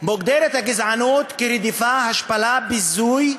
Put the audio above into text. מוגדרת הגזענות כרדיפה, השפלה, ביזוי,